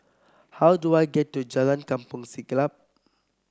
how do I get to Jalan Kampong Siglap